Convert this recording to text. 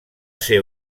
ser